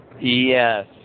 Yes